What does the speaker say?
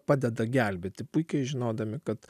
padeda gelbėti puikiai žinodami kad